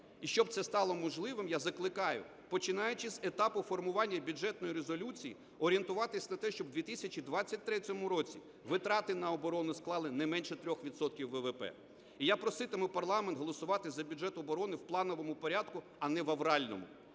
І щоб це стало можливим, я закликаю, починаючи з етапу формування Бюджетної резолюції, орієнтуватись на те, щоб в 2023 році витрати на оборону склали не менше 3 відсотків ВВП. І я проситиму парламент голосувати за бюджет оборони в плановому порядку, а не в авральному.